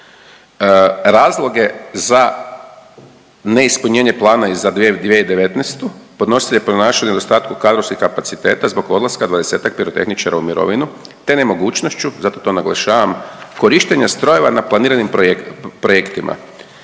Razloge za neispunjenje plana i za 2019. Podnositelj je pronašao nedostatak kadrovskih kapaciteta zbog odlaska dvadesetak pirotehničara u mirovinu, te nemogućnošću zato to naglašavam korištenje strojeva na planiranim projektima.